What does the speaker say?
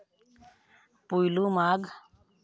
ᱯᱩᱭᱞᱩ ᱢᱟᱜᱽ